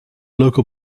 local